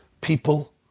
people